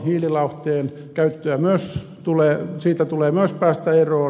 hiililauhteen käytöstä tulee myös päästä eroon